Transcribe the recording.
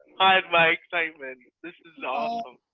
hide my excitement. this is awesome.